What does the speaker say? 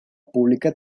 publika